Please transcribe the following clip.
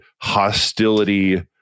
hostility